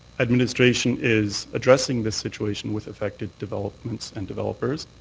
administration is addressing this situation with affected developments and developers.